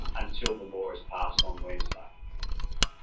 until the law is passed on wednesday